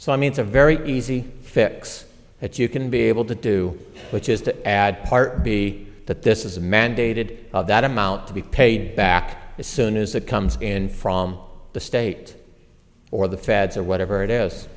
so i mean it's a very easy fix that you can be able to do which is to add part b that this is a mandated of that amount to be paid back as soon as it comes in from the state or the feds or whatever it is